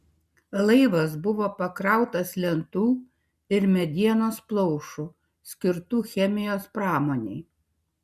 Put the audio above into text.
laivas buvo pakrautas lentų ir medienos plaušų skirtų chemijos pramonei